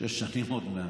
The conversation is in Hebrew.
שש שנים עוד מעט.